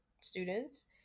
students